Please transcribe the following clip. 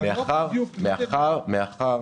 מאחר